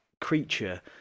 creature